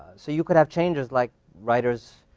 so, you could have changes like writers